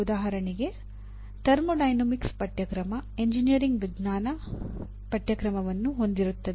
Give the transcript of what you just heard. ಉದಾಹರಣೆಗೆ ಥರ್ಮೋಡೈನಾಮಿಕ್ಸ್ ಪಠ್ಯಕ್ರಮ ಎಂಜಿನಿಯರಿಂಗ್ ವಿಜ್ಞಾನ ಪಠ್ಯಕ್ರಮವನ್ನು ಹೊಂದಿರುತ್ತದೆ